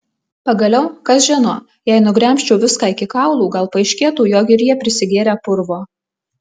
pagaliau kas žino jei nugremžčiau viską iki kaulų gal paaiškėtų jog ir jie prisigėrę purvo